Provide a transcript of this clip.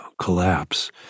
collapse